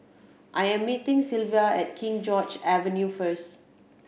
I am meeting Sylva at King George Avenue first